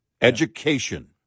Education